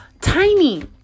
Tiny